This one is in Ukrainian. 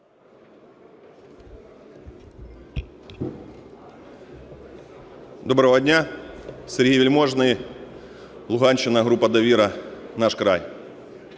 Доброго дня! Сергій Вельможний, Луганщина, група "Довіра", "Наш край".